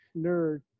nerd